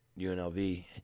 UNLV